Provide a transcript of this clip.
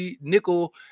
nickel